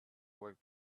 work